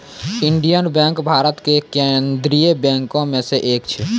Indian bank Bharat के केन्द्रीय बैंको मे से एक छै